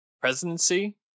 presidency